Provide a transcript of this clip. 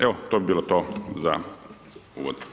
Evo to bi bilo to za uvod.